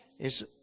Es